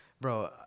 Bro